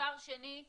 דבר שני,